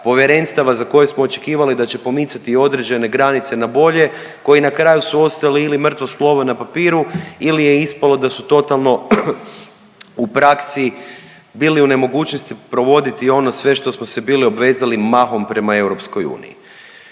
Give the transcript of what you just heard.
povjerenstava za koje smo očekivali da će pomicati određene granice na bolje, koji na kraju su ostali ili mrtvo slovo na papiru ili je ispalo da su totalno u praksi bili u nemogućnosti provoditi ono sve što smo se bili obvezali mahom prema EU.